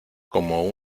como